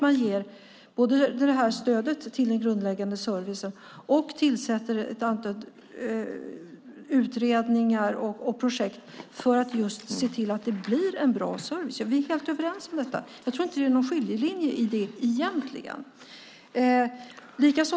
Man ger också både stöd till den grundläggande servicen och tillsätter ett antal utredningar och projekt just för att se till att det blir en bra service. Vi är helt överens om detta. Jag tror inte att det är någon skiljelinje i det egentligen.